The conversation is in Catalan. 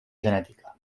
genètica